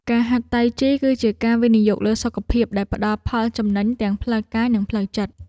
ការហាត់តៃជីគឺជាការវិនិយោគលើសុខភាពដែលផ្ដល់ផលចំណេញទាំងផ្លូវកាយ និងផ្លូវចិត្ត។